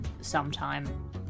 sometime